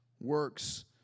works